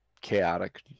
chaotic